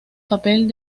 papel